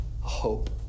hope